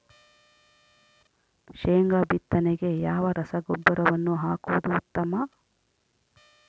ಶೇಂಗಾ ಬಿತ್ತನೆಗೆ ಯಾವ ರಸಗೊಬ್ಬರವನ್ನು ಹಾಕುವುದು ಉತ್ತಮ?